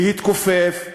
להתכופף,